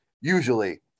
usually